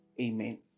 Amen